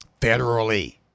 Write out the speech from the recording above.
federally